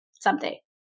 someday